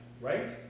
right